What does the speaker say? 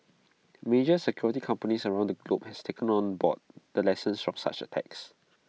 major security companies around the globe have taken on board the lessons from such attacks